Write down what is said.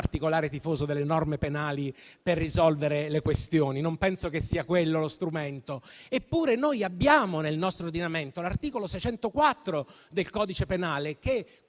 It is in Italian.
particolare tifoso delle norme penali per risolvere le questioni; non penso sia quello lo strumento. Eppure, noi abbiamo nel nostro ordinamento l'articolo 604 del codice penale, che